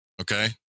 okay